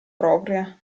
propria